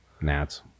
Nats